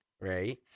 right